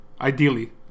Ideally